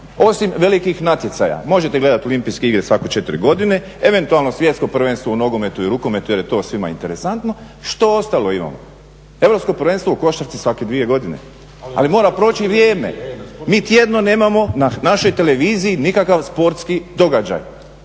osim velikih natjecanja. Možete gledati Olimpijske igre svake četiri godine, eventualno svjetsko prvenstvo u nogometu i rukometu jer je to svima interesantno. Što ostalo imamo? Europsko prvenstvo u košarci svake dvije godine. Ali mora proći vrijeme. Mi tjedno nemamo na našoj televiziji nikakav sportski događaj.